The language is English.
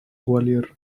gwalior